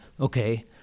Okay